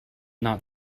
not